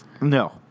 No